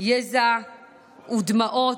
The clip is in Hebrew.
יזע ודמעות,